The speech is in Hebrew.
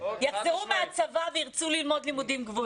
יחזרו מהצבא וירצו ללמוד לימודים גבוהים.